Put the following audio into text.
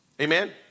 Amen